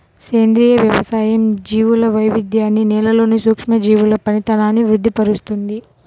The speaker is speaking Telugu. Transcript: సేంద్రియ వ్యవసాయం జీవుల వైవిధ్యాన్ని, నేలలోని సూక్ష్మజీవుల పనితనాన్ని వృద్ది పరుస్తుంది